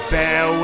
Bear